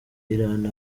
irani